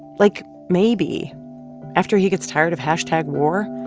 like, maybe after he gets tired of hashtag war,